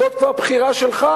זאת כבר בחירה שלך,